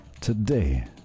today